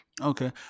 Okay